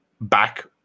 back